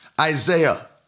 Isaiah